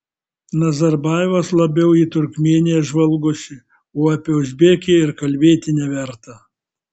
nazarbajevas labiau į turkmėniją žvalgosi o apie uzbekiją ir kalbėti neverta